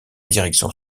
direction